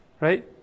right